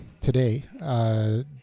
today